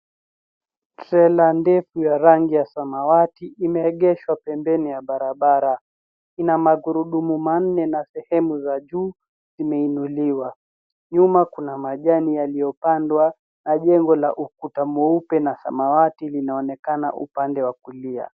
Trela ndefu ya rangi ya samawati imeegeshwa pembeni ya barabara, ina magurudumu manne na sehemu za juu zimeinuliwa. Nyuma kuna majani yaliyopandwa na jengo la ukuta mweupe na samawati inaonekana upande wa kulia.